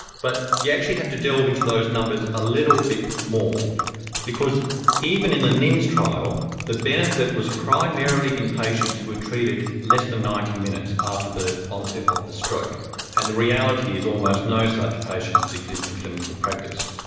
but you actually have to delve into those numbers a little bit more because even in the ninds trial the benefit was primarily in patients who were treated less than ninety minutes after the onset of the stroke and the reality is almost no such patients exist in clinical practice.